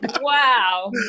Wow